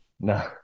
No